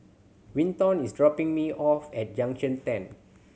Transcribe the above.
Vinton is dropping me off at Junction Ten